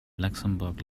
luxembourg